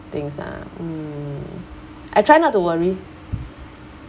thinks ah mm I try not to worry